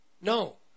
No